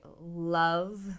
love